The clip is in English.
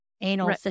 anal